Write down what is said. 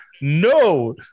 no